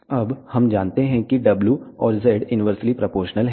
अब हम जानते हैं कि w और z इन्वर्सली प्रोपोर्शनल हैं